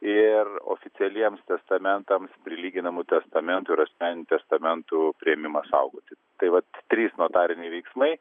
ir oficialiems testamentams prilyginamų testamentų ir asmeninių testamentų priėmimą saugoti tai vat trys notariniai veiksmai